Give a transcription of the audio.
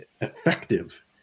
effective